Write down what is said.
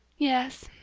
yes,